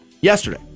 Yesterday